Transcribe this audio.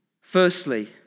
Firstly